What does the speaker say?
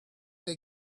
they